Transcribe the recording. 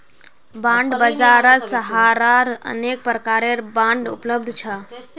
bond बाजारत सहारार अनेक प्रकारेर बांड उपलब्ध छ